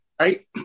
right